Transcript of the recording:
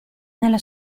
nella